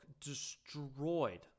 destroyed